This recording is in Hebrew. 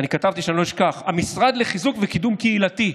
אני כתבתי שלא אשכח: המשרד לחיזוק וקידום קהילתי.